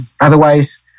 Otherwise